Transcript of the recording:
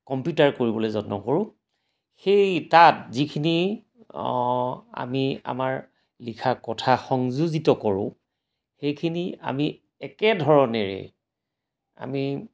কম্পিউটাৰত কৰিবলৈ যত্ন কৰোঁ সেই তাত যিখিনি অ আমি আমাৰ লিখা কথা সংযোজিত কৰোঁ সেইখিনি আমি একেধৰণেৰেই আমি